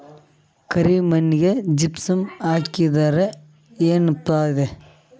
ಕರಿ ಮಣ್ಣಿಗೆ ಜಿಪ್ಸಮ್ ಹಾಕಿದರೆ ಏನ್ ಫಾಯಿದಾ?